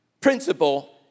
principle